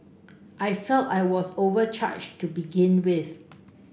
I felt I was overcharged to begin with